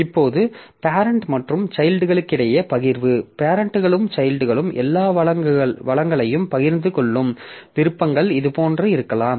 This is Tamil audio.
இப்போது பேரெண்ட் மற்றும் சைல்ட்களிடையே பகிர்வு பேரெண்ட்களும் சைல்ட்களும் எல்லா வளங்களையும் பகிர்ந்து கொள்ளும் விருப்பங்கள் இதுபோன்று இருக்கலாம்